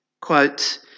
Quote